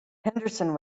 henderson